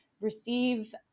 Receive